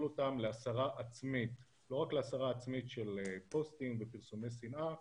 אותם להסרה עצמית לא רק להסרה עצמית של פוסטים ופרסומי שנאה